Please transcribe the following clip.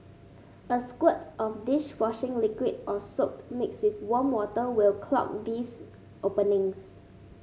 a squirt of dish washing liquid or soap mixed with warm water will clog these openings